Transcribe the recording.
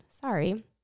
sorry